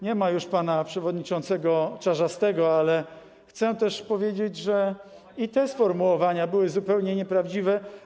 Nie ma już pana przewodniczącego Czarzastego, ale chcę też powiedzieć, że i te sformułowania były zupełnie nieprawdziwe.